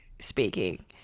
speaking